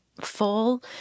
full